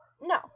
No